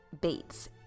Bates